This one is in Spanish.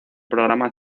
programa